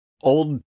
Old